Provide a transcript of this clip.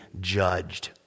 judged